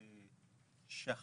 משתדלים